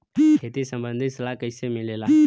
खेती संबंधित सलाह कैसे मिलेला?